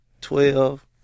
twelve